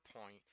point